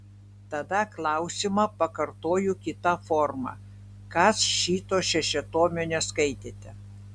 tada klausimą pakartoju kita forma kas šito šešiatomio neskaitėte